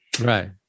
Right